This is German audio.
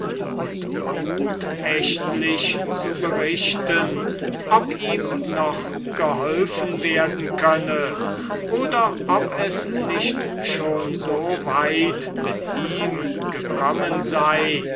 und gutächtlich zu berichten ob ihm noch geholfen werden könne oder ob es nicht schon so weit mit ihm gekommen sei